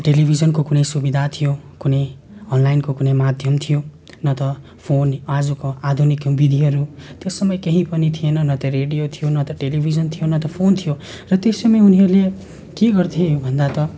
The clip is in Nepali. टिलिभिजनको कुनै सुविधा थियो कुनै अनलाइनको कुनै माध्यम थियो न त फोन आजको आधुनिक विधिहरू त्यो समय केही पनि थिएन न त रेडियो थियो न त टेलिभिजन थियो न त फोन थियो र त्यस समय उनीहरूले के गर्थे भन्दा त